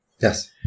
Yes